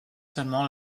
seulement